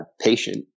patient